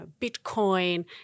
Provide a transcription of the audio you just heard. Bitcoin